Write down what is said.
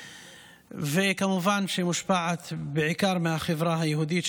וכמובן היא מושפעת בעיקר מהחברה היהודית,